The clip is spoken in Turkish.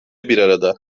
birarada